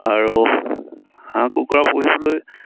আৰু হাঁহ কুকুৰা পুহিবলৈ